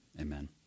amen